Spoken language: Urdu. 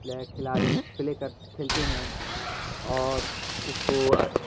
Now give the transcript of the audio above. کھلاڑی پلے کر کھیلتے ہیں اور اس کو